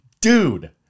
dude